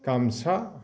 गामसा